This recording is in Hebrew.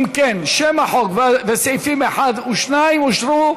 אם כן, שם החוק וסעיפים 1 ו-2 אושרו,